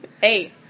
Hey